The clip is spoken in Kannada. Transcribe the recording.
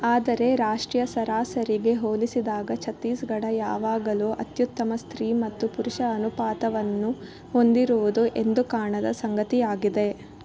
ಆದರೆ ರಾಷ್ಟ್ರೀಯ ಸರಾಸರಿಗೆ ಹೋಲಿಸಿದಾಗ ಛತ್ತೀಸ್ಗಢ ಯಾವಾಗಲೂ ಅತ್ಯುತ್ತಮ ಸ್ತ್ರೀ ಮತ್ತು ಪುರುಷ ಅನುಪಾತವನ್ನು ಹೊಂದಿರುವುದು ಎಂದು ಕಾಣದ ಸಂಗತಿಯಾಗಿದೆ